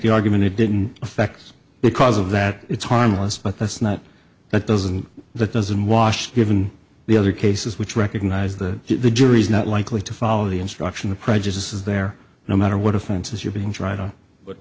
the argument it didn't affect because of that it's harmless but that's not that doesn't that doesn't wash given the other cases which recognize that the jury is not likely to follow the instruction the prejudice is there no matter what offenses you're being tried on